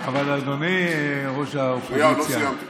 אבל אדוני ראש האופוזיציה שנייה, לא סיימתי.